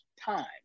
time